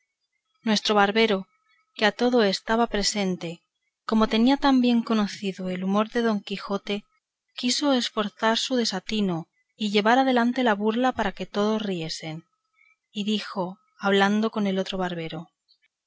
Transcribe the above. nuestro barbero que a todo estaba presente como tenía tan bien conocido el humor de don quijote quiso esforzar su desatino y llevar adelante la burla para que todos riesen y dijo hablando con el otro barbero